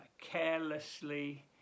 carelessly